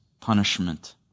punishment